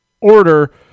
order